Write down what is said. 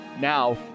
Now